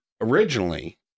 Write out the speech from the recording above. originally